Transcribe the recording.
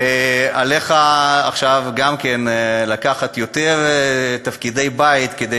ועכשיו עליך לקחת יותר תפקידי בית כדי